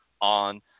on